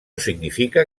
significa